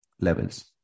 levels